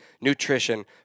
nutrition